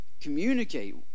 Communicate